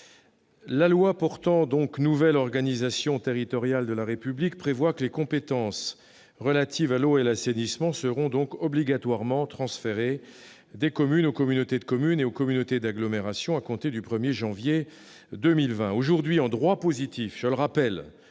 La loi portant nouvelle organisation territoriale de la République, dite loi NOTRe, prévoit que les compétences relatives à l'eau et à l'assainissement seront obligatoirement transférées des communes aux communautés de communes et aux communautés d'agglomération à compter du 1 janvier 2020. Aujourd'hui, en droit positif, l'eau et